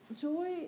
joy